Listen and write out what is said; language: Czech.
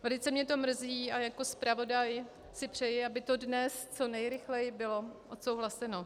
Velice mě to mrzí a jako zpravodaj si přeji, aby to dnes co nejrychleji bylo odsouhlaseno.